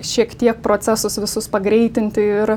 šiek tiek procesus visus pagreitinti ir